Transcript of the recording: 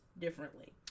differently